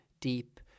deep